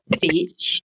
Beach